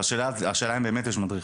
השאלה אם באמת יש מדריך.